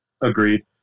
Agreed